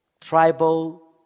Tribal